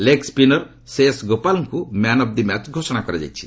leg spinner ସେୟସ୍ ଗୋପାଲ୍ଙ୍କୁ man of the match ଘୋଷଣା କରାଯାଇଛି